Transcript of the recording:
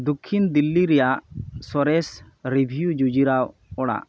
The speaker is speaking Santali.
ᱫᱚᱠᱷᱤᱱ ᱫᱤᱞᱞᱤ ᱨᱮᱭᱟᱜ ᱥᱚᱨᱮᱥ ᱨᱤᱵᱷᱩᱭᱩ ᱡᱩᱡᱩᱨᱟᱣ ᱚᱲᱟᱜ